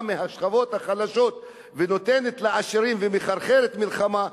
מהשכבות החלשות ונותנת לעשירים ומחרחרת מלחמה,